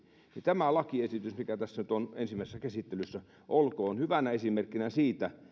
tämä lakiesitys mikä tässä nyt on ensimmäisessä käsittelyssä olkoon hyvänä esimerkkinä siitä